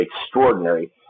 extraordinary